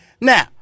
Now